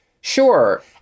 sure